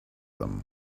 them